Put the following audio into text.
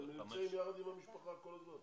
הם נמצאים ביחד עם המשפחה כל הזמן.